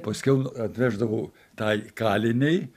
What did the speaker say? paskiau atveždavau tai kalinei